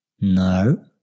No